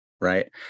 right